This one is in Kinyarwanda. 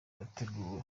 yateguwe